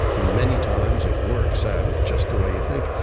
many times it works out just the way you think,